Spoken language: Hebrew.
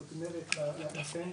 זאת אומרת לפנטה,